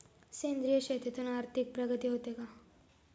सेंद्रिय शेतीतून आर्थिक प्रगती होते का?